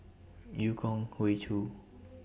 EU Kong Hoey Choo